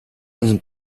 and